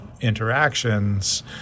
interactions